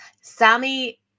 Sammy